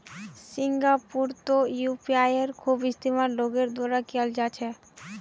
सिंगापुरतो यूपीआईयेर खूब इस्तेमाल लोगेर द्वारा कियाल जा छे